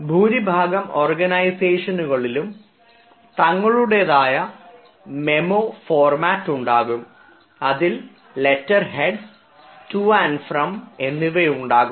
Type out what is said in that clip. ഭൂരിഭാഗം ഓർഗനൈസേഷനുകളിലും തങ്ങളുടേതായ മെമ്മോ ഫോർമാറ്റ് ഉണ്ടാകും അതിൽ letter head to and from to from എന്നിവയുണ്ടാകും